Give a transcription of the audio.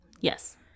yes